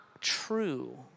true